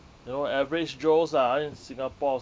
you know average joes ah in singapore